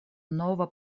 nova